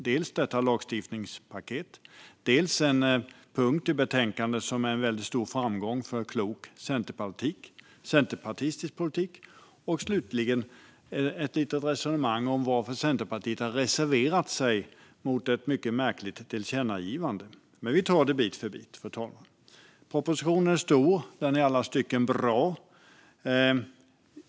Det är dels lagstiftningspaketet, dels en punkt i betänkandet som är en väldigt stor framgång för klok centerpartistisk politik och slutligen ett litet resonemang om varför Centerpartiet har reserverat sig mot ett mycket märkligt tillkännagivande. Vi tar det bit för bit, fru talman. Propositionen är stor, och den är i alla stycken bra.